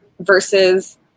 versus